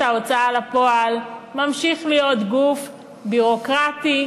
ההוצאה לפועל ממשיכה להיות גוף ביורוקרטי,